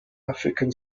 african